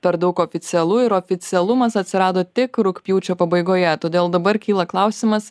per daug oficialu ir oficialumas atsirado tik rugpjūčio pabaigoje todėl dabar kyla klausimas